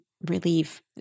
relieve